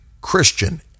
Christian